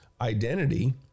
identity